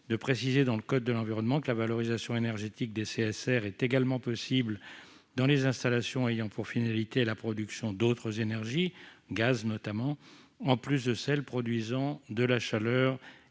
de préciser dans le code de l'environnement que la valorisation énergétique des CSR est également possible dans les installations ayant pour finalité la production d'autres énergies que la chaleur ou l'électricité ; je